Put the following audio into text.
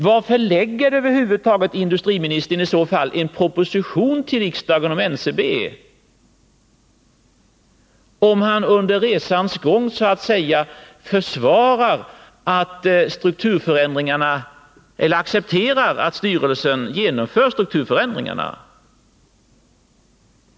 Varför lägger industriministern i så fall fram en proposition för riksdagen angående NCB, om han under resans gång så att Nr 66 säga accepterar att styrelsen genomför strukturförändringarna?